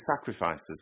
sacrifices